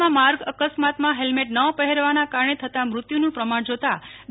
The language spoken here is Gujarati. રાજ્યમાં માર્ગ અકસ્માતમાં હેલ્મેટ ન પહેરવાના કારણે થતાં મૃત્યુનું પ્રમાણજોતા ડી